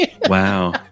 Wow